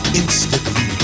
instantly